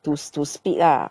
to to split lah